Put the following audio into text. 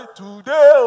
today